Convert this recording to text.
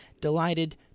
delighted